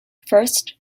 first